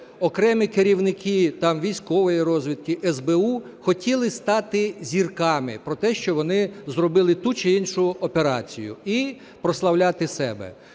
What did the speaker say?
окремі керівники там військової розвідки, СБУ хотіли стати зірками, про те, що вони зробили ту чи іншу операцію і прославляти себе.